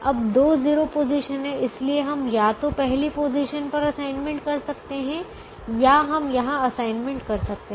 अब दो 0 पोजीशन हैं इसलिए हम या तो पहली पोजीशन पर असाइनमेंट कर सकते हैं या हम यहाँ असाइनमेंट कर सकते हैं